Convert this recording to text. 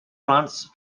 plants